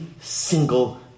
single